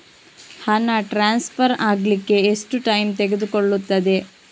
ಹಣ ಟ್ರಾನ್ಸ್ಫರ್ ಅಗ್ಲಿಕ್ಕೆ ಎಷ್ಟು ಟೈಮ್ ತೆಗೆದುಕೊಳ್ಳುತ್ತದೆ?